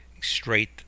straight